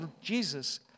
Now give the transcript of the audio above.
Jesus